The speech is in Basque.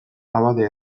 abade